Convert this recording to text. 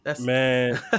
Man